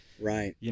Right